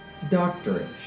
doctorish